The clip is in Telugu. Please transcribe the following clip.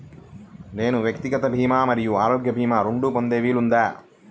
నేను వ్యక్తిగత భీమా మరియు ఆరోగ్య భీమా రెండు పొందే వీలుందా?